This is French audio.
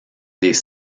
des